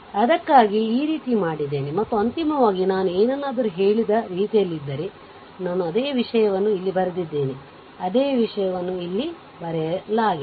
ಅದಕ್ಕಾಗಿಯೇ ಈ ರೀತಿ ಮಾಡಿದ್ದೇನೆ ಮತ್ತು ಅಂತಿಮವಾಗಿ ನಾನು ಏನನ್ನಾದರೂ ಹೇಳಿದ ರೀತಿಯಲ್ಲಿದ್ದರೆ ನಾನು ಅದೇ ವಿಷಯವನ್ನು ಇಲ್ಲಿ ಬರೆದಿದ್ದೇನೆ ಅದೇ ವಿಷಯವನ್ನು ಇಲ್ಲಿ ಬರೆಯಲಾಗಿದೆ